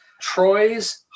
Troy's